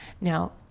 Now